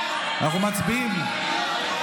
היו"ר ניסים ואטורי: אנחנו מצביעים.